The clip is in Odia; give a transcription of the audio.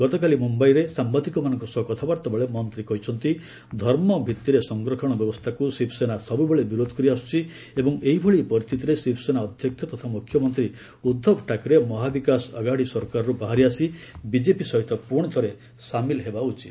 ଗତକାଲି ମୁମ୍ଭାଇରେ ସାମ୍ଭାଦିକମାନଙ୍କ ସହ କଥାବାର୍ତ୍ତା ବେଳେ ମନ୍ତ୍ରୀ କହିଛନ୍ତି ଧର୍ମ ଭିତ୍ତିରେ ସଂରକ୍ଷଣ ବ୍ୟବସ୍ଥାକୁ ଶିବସେନା ସବୁବେଳେ ବିରୋଧ କରି ଆସିଛି ଏବଂ ଏହିଭଳି ପରିସ୍ଥିତିରେ ଶିବସେନା ଅଧ୍ୟକ୍ଷ ତଥା ମୁଖ୍ୟମନ୍ତ୍ରୀ ଉଦ୍ଧବ ଠାକ୍କରେ ମହାବିକାଶ ଅଘାଡ଼ି ସରକାରରୁ ବାହାରିଆସି ବିଜେପି ସହିତ ପୁଣିଥରେ ସାମିଲ ହେବା ଉଚିତ